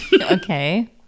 Okay